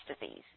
disease